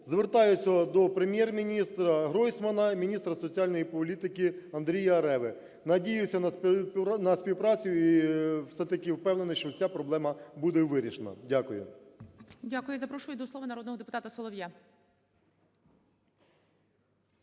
Звертаюся до Прем'єр-міністраГройсмана, міністра соціальної політики Андрія Реви. Надіюся на співпрацю і все-таки впевнений, що ця проблема буде вирішена. Дякую. ГОЛОВУЮЧИЙ. Дякую. Запрошую до слова народного депутата Солов'я.